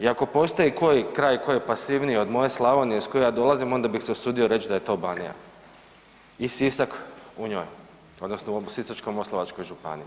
I ako postoji koji kraj koji je pasivniji od moje Slavonije iz koje ja dolazim, onda bih se usudio reć da je to Banija i Sisak u njoj, odnosno u Sisačko-moslavačkoj županiji.